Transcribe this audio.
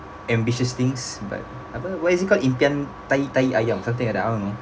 ambitious things but apa what is it called impian tahi tahi ayam something like that I don't know